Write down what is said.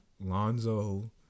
Lonzo